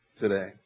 today